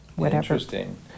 Interesting